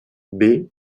baie